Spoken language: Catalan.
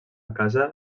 casa